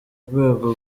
rwego